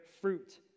fruit